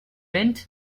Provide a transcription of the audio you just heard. went